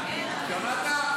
שמעת?